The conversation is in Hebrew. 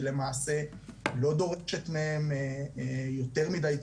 שלמעשה לא דורשת מהם יותר מידיי תשומות,